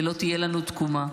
ולא תהיה לנו תקומה.